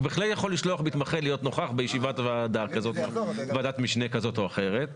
הוא בהחלט יכול לשלוח מתמחה להיות נוכח בישיבת ועדת משנה כזאת או אחרת.